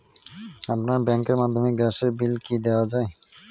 আপনার ব্যাংকের মাধ্যমে গ্যাসের বিল কি দেওয়া য়ায়?